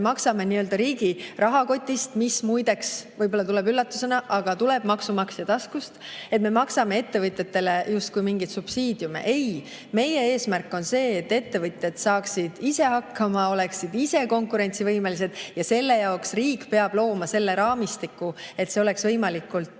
maksame riigi rahakotist. Muide, võib-olla tuleb see üllatusena, aga see tuleb maksumaksja taskust, kui me maksame ettevõtjatele mingeid subsiidiume. Ei! Meie eesmärk on see, et ettevõtjad saaksid ise hakkama, oleksid ise konkurentsivõimelised, ja selle jaoks peab riik looma raamistiku, et seda oleks võimalikult